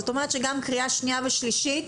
זאת אומרת שגם קריאה שנייה ושלישית,